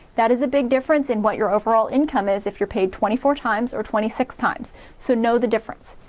that is a big difference in what your overall income is if you're paid twenty four times or twenty six times so know the difference.